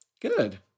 Good